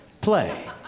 Play